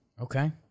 Okay